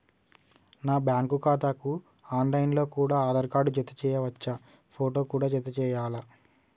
నా బ్యాంకు ఖాతాకు online లో కూడా ఆధార్ కార్డు జత చేయవచ్చా ఫోటో కూడా జత చేయాలా?